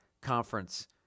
conference